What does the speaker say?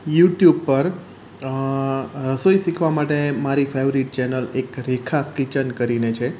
YouTube પર રસોઈ શીખવા માટે મારી ફેવરિટ ચેનલ એક રેખાઝ કિચન કરીને છે